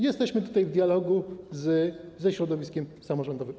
Jesteśmy tutaj w dialogu ze środowiskiem samorządowym.